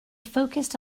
focused